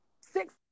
six